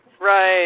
Right